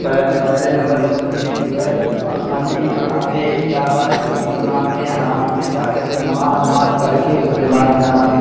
پہلے پہلے نمبر پہ مسلم جو ہے اپنا عید مناتے عید آتا ہے تو عید مناتے ہیں آرام سے جا کر کے نماز اماز پڑھ کے اس کے بعد کھانا